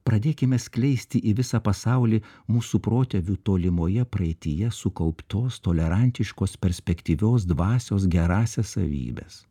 pradėkime skleisti į visą pasaulį mūsų protėvių tolimoje praeityje sukauptos tolerantiškos perspektyvios dvasios gerąsias savybes